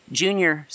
junior